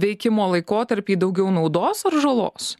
veikimo laikotarpį daugiau naudos ar žalos